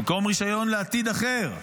במקום רישיון לעתיד אחר,